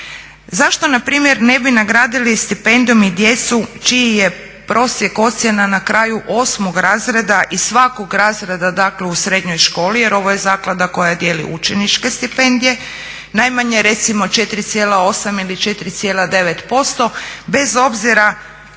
Zašto npr. ne bi nagradili stipendijom i djecu čiji je prosjek ocjena na kraju 8 razreda i svakog razreda dakle u srednjoj školi, jer ovo je zaklada koja dijeli učeničke stipendije najmanje recimo 4,8 ili 4,9% bez obzira na